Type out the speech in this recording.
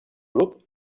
grup